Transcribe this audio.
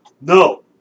No